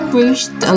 reached